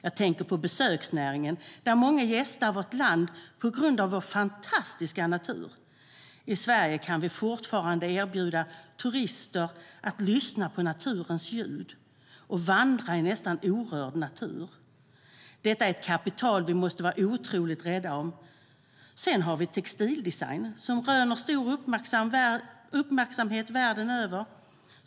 Jag tänker på besöksnäringen - många gästar vårt land på grund av vår fantastiska natur. I Sverige kan vi fortfarande erbjuda turister att lyssna på naturens ljud och vandra i nästan orörd natur. Detta är ett kapital vi måste vara otroligt rädda om. Sedan har vi textildesign, som röner stor uppmärksamhet världen över.